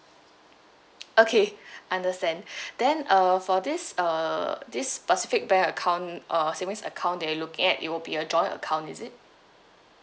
okay understand then uh for this uh this specific bank account uh savings account that you're looking at it will be a joint account is it